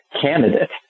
candidate